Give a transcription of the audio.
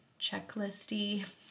checklisty